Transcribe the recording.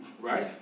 right